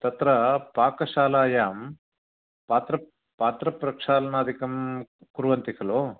तत्र पाकशालायां पात्र पात्रप्रक्षालनाधिकं कुर्वन्ति खलु